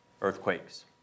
earthquakes